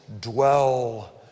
dwell